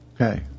Okay